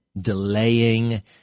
delaying